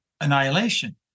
annihilation